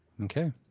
Okay